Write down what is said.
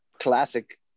Classic